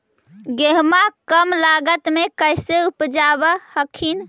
गेहुमा कम लागत मे कैसे उपजाब हखिन?